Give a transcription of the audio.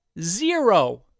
zero